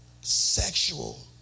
sexual